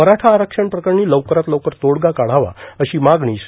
मराठा आरक्षण प्रकरणी लवकरात लक्कर तोडगा काढावा अशी मागणी श्री